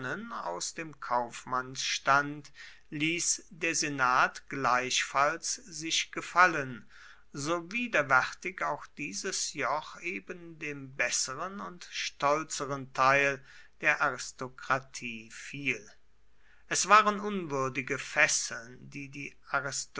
aus dem kaufmannsstand ließ der senat gleichfalls sich gefallen so widerwärtig auch dieses joch eben dem besseren und stolzeren teil der aristokratie fiel es waren unwürdige fesseln die die